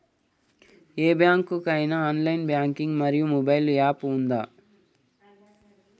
ఏ bank కి ఐనా online banking మరియు మొబైల్ యాప్ ఉందా?